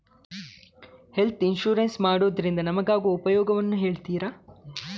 Health insurance ಮಾಡೋದ್ರಿಂದ ನಮಗಾಗುವ ಉಪಯೋಗವನ್ನು ಹೇಳ್ತೀರಾ?